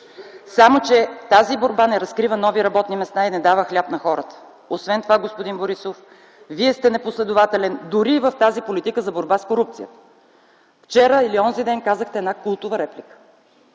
Тази борба не разкрива нови работни места и не дава хляб на хората. Освен това, господин Борисов, Вие сте непоследователен дори и в тази политика за борба с корупцията. Вчера или онзи ден казахте една култова реплика